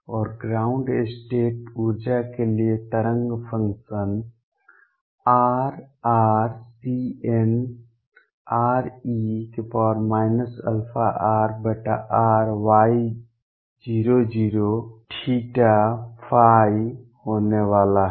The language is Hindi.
और ग्राउंड स्टेट ऊर्जा के लिए तरंग फंक्शन R Cnre αrrY00θϕ होने वाला है